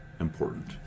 important